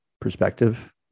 perspective